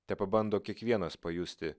tepabando kiekvienas pajusti